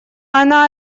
она